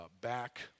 back